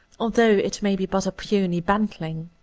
al though it may be but a puny bantling.